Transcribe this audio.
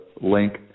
link